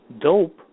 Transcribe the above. Dope